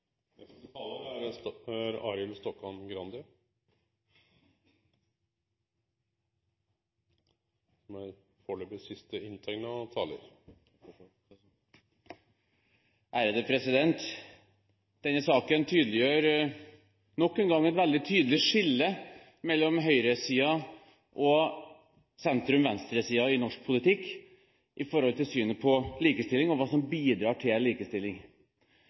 Denne saken tydeliggjør nok en gang et veldig klart skille mellom høyresiden og sentrum-venstre-siden i norsk politikk når det gjelder synet på likestilling og hva som bidrar til likestilling.